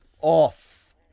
off